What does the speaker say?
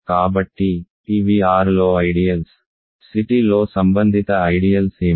కాబట్టి ఇవి R లో ఐడియల్స్ C tలో సంబంధిత ఐడియల్స్ ఏమిటి